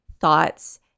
thoughts